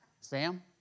Sam